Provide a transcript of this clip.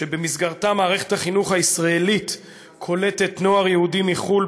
שבמסגרתה מערכת החינוך הישראלית קולטת נוער יהודי מחו"ל